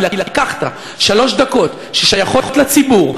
כי לקחת שלוש דקות ששייכות לציבור,